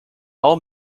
all